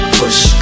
push